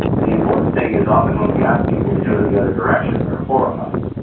and the important thing is often when we ask people to do it the other direction they are horrified.